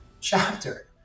chapter